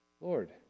Lord